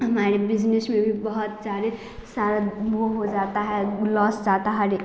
हमारे बिजनेस में भी बहुत सारे जाता है लॉस हो जाता है